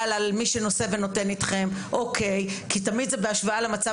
על מי שנושא ונותן אתכם כי תמיד הוא בהשוואה למצב